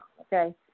okay